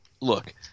look